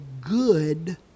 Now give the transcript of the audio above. good